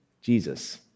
Jesus